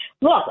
Look